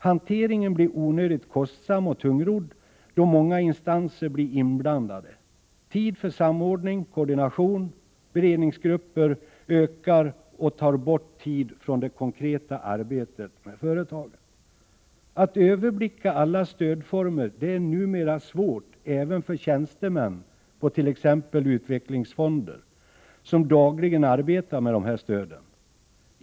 Hanteringen blir onödigt kostsam och tungrodd, då många instanser blir inblandade. Tiden för samordning och koordination via beredningsgrupper ökar och tar bort tid från det konkreta arbetet med företagen. Att överblicka alla stödformer är numera svårt även för tjänstemän på t.ex. utvecklingsfonden som dagligen arbetar med dessa stöd.